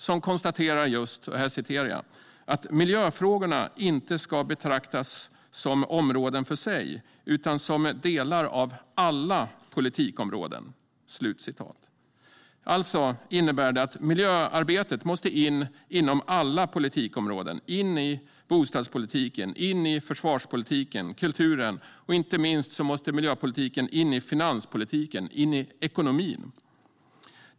Där konstateras att miljöfrågorna inte ska betraktas som områden för sig utan som delar av alla politikområden. Det innebär alltså att miljöarbetet måste in inom alla politikområden. Det ska in i bostadspolitiken, försvarspolitiken och kulturen, och inte minst måste miljöpolitiken in i finanspolitiken - in i ekonomin.